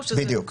בדיוק.